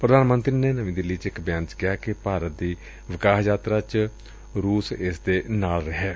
ਪ੍ਰਧਾਨ ਮੰਤਰੀ ਨੇ ਨਵੀ ਦਿੱਲੀ ਚ ਇਕ ਬਿਆਨ ਚ ਕਿਹਾ ਕਿ ਭਾਰਤ ਦੀ ਵਿਕਾਸ ਯਾਤਰਾ ਚ ਰੂਸ ਇਸ ਦੇ ਨਾਲ ਰਿਹੈ